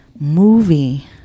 Movie